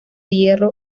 hierro